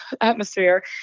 atmosphere